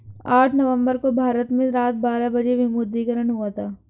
आठ नवम्बर को भारत में रात बारह बजे विमुद्रीकरण हुआ था